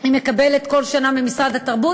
היא מקבלת כל שנה ממשרד התרבות,